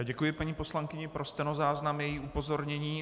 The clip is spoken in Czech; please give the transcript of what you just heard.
Děkuji paní poslankyni, pro stenozáznam její upozornění.